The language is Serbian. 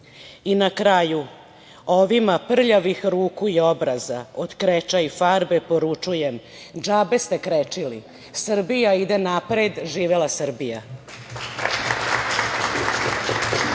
kraju, ovima prljavih ruku i obraza od kreča i farbe poručujem - džabe ste krečili, Srbija ide napred, živela Srbija!